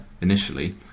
initially